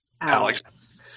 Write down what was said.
alex